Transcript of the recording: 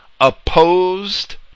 opposed